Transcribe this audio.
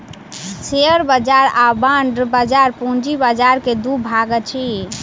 share बाजार आ bond बाजार पूंजी बाजार के दू भाग अछि